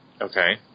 Okay